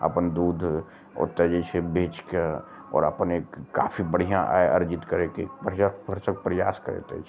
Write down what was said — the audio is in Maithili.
अपन दूध ओतय जे छै बेच कऽ आओर अपन एक काफी बढ़िऑं आय अर्जित करैके भरसक प्रयास करैत अछि